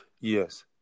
yes